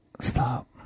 Stop